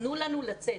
תנו לנו לצאת,